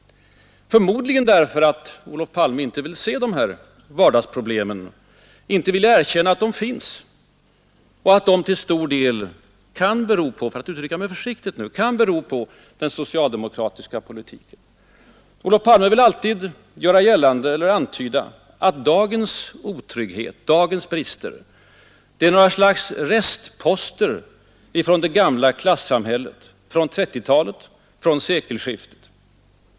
Förmodligen därför att han inte vill se dessa vardagsproblem, inte vill erkänna att de finns och att de till stor del kan bero på — för att uttrycka det försiktigt den socialdemokratiska politiken. Olof Palme vill alltid antyda att dagens otrygghet, dagens brister är ett slags restposter från det gamla klassamhället, från 1930-talet, från sekelskiftet.